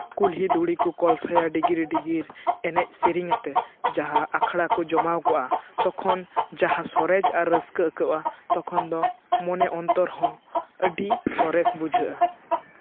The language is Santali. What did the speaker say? ᱠᱩᱞᱦᱤ ᱫᱷᱩᱲᱤ ᱠᱚ ᱠᱚᱞᱥᱟᱭᱟ ᱰᱤᱜᱤᱨ ᱰᱤᱜᱤᱨ ᱮᱱᱮᱡ ᱥᱮᱨᱮᱧ ᱟᱛᱮ ᱡᱟᱦᱟᱸ ᱟᱠᱷᱲᱟ ᱠᱚ ᱡᱚᱢᱟᱣ ᱠᱚᱜᱼᱟ ᱛᱚᱠᱷᱚᱱ ᱡᱟᱦᱟᱸ ᱥᱚᱨᱮᱥ ᱟᱨ ᱨᱟᱹᱥᱠᱟᱹ ᱟᱹᱭᱠᱟᱹᱜᱼᱟ ᱛᱚᱠᱷᱚᱱ ᱫᱚ ᱢᱚᱱᱮ ᱚᱱᱛᱚᱨ ᱦᱚᱸ ᱟᱹᱰᱤ ᱥᱚᱨᱮᱥ ᱵᱩᱡᱷᱟᱹᱜᱼᱟ